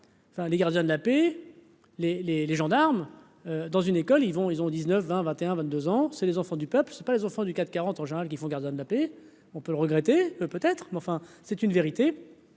les gardiens de la paix, les, les, les gendarmes. Dans une école, ils vont, ils ont 19 20 21 22 ans, c'est les enfants du peuple, c'est pas les enfants du CAC 40 en général qui font, gardien de la paix, on peut le regretter, peut être, mais enfin c'est une vérité